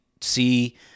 see